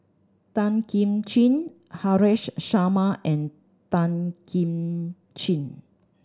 Tan Kim Ching Haresh Sharma and Tan Kim Ching